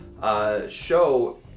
Show